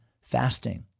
fasting